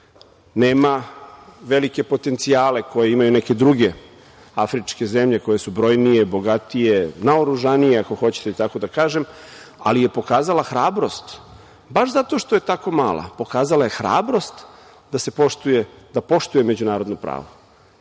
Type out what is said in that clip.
Nema velike potencijale koje imaju neke druge afričke zemlje koje su brojnije, bogatije, naoružanije ako hoćete tako da kažem, ali je pokazala hrabrost baš zato što je tako mala, pokazala je hrabrost da poštuje međunarodno pravo. Naš